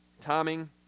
Timing